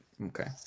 Okay